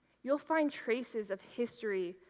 you will find traces of history,